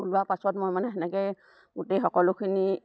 ওলোৱা পাছত মই মানে সেনেকৈ গোটেই সকলোখিনি